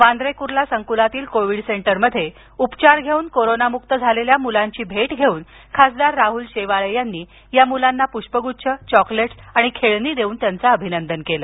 वांद्रे कुर्ला संकुलातील कोविड सेंटरमध्ये उपचार घेऊन कोरोनामुक्त झालेल्या मुलांची भेट घेऊन खासदार राहुल शेवाळे यांनी या मुलांना पुष्गुच्छ चॉकलेट्स आणि खेळणी देऊन त्यांच अभिनंदन केलं